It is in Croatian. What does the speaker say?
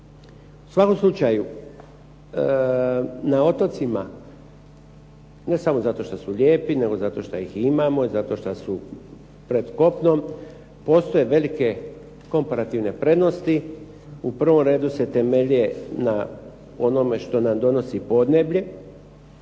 U svakom slučaju na otocima, ne samo zato što su lijepi nego zato što ih imamo i zato što su pred kopnom, postoje velike komparativne prednosti. U prvom redu se temelje na onome što nam donosi podneblje.